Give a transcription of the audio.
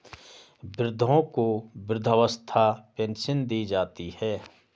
वृद्धों को वृद्धावस्था पेंशन दी जाती है